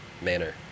manner